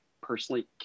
personally